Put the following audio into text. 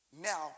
now